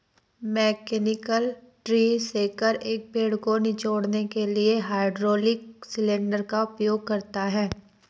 mechanical tree shaker, एक पेड़ को निचोड़ने के लिए हाइड्रोलिक सिलेंडर का उपयोग करता है